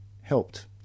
helped